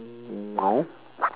mm no